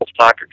Soccer